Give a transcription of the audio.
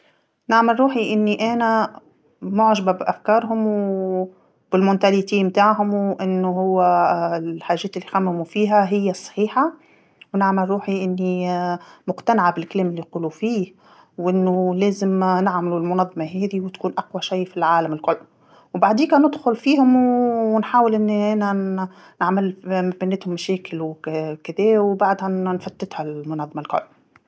نعمل روحي أني أنا معجبه بأفكارهم و بالعقلية متاعهم وأنو هو الحاجات اللي يخممو فيها هي الصحيحه، ونعمل روحي أني مقتنعه بالكلام اللي يقولو فيه، وأنو لازم نعملو المنظمه هاذي وتكون أقوى شي في العالم الكل، وبعديكا ندخل فيهم و نحاول أني أنا نعمل ب-بيناتهم مشاكل وكذا وبعدها ن- نفتتها المنظمه الكل.